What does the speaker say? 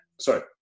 sorry